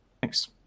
Thanks